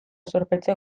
zorpetze